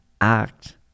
act